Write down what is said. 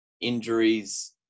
injuries